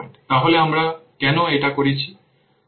তাহলে আমরা কেন এটা করছি